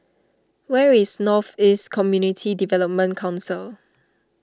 where is North East Community Development Council